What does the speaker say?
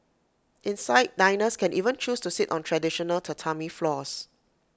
inside diners can even choose to sit on traditional Tatami floors